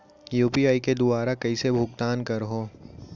UPI के दुवारा कइसे भुगतान करहों?